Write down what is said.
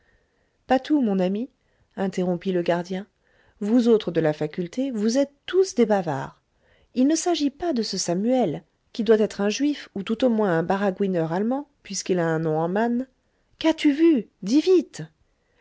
patou mon ami interrompit le gardien vous autres de la faculté vous êtes tous des bavards il ne s'agit pas de ce samuel qui doit être un juif ou tout au moins un baragouineur allemand puisqu'il a un nom en mann qu'as-tu vu dis vite